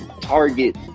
target